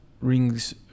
rings